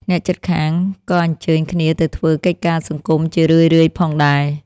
អ្នកជិតខាងក៏អញ្ជើញគ្នាទៅធ្វើកិច្ចការសង្គមជារឿយៗផងដែរ។